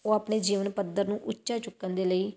ਉਹ ਆਪਣੇ ਜੀਵਨ ਪੱਧਰ ਨੂੰ ਉੱਚਾ ਚੁੱਕਣ ਦੇ ਲਈ